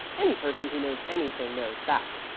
any person who knows anything knows that.